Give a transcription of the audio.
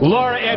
Laura